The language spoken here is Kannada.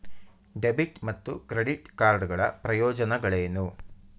ಡೆಬಿಟ್ ಮತ್ತು ಕ್ರೆಡಿಟ್ ಕಾರ್ಡ್ ಗಳ ಪ್ರಯೋಜನಗಳೇನು?